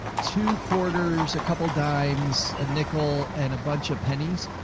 two quarters, a couple dimes, a nickel and a bunch of pennies,